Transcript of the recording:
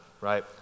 right